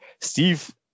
Steve